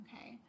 Okay